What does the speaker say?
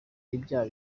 ibyaha